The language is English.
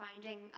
finding